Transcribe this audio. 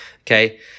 okay